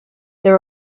there